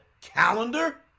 Calendar